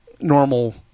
normal